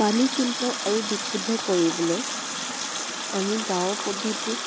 পানী ফিল্টাৰ আৰু বিশুদ্ধ কৰিবলৈ আমি গাঁৱৰ পদ্ধতিত